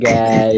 guys